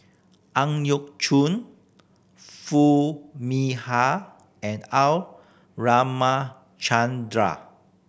Ang Yau Choon Foo Mee Har and R Ramachandran